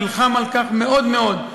נלחם על כך מאוד מאוד,